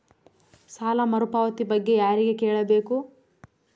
ಸಾಲ ಮರುಪಾವತಿ ಬಗ್ಗೆ ಯಾರಿಗೆ ಕೇಳಬೇಕು?